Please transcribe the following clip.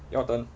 your turn